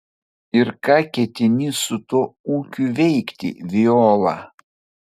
ir ką ketini su tuo ūkiu veikti viola